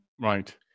Right